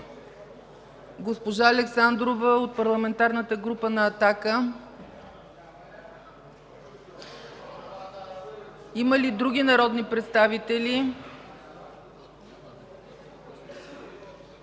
Госпожа Александрова от Парламентарната група на „Атака”? Има ли други народни представители?